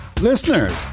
Listeners